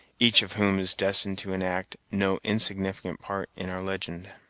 each of whom is destined to enact no insignificant part in our legend.